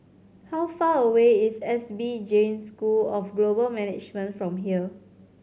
how far away is S P Jain School of Global Management from here